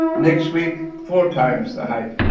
next week, four times the height.